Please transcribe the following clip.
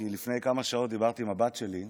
כי לפני כמה שעות דיברתי עם הבת שלי.